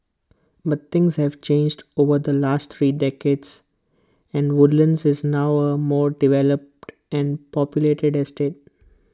but things have changed over the last three decades and Woodlands is now A more developed and populated estate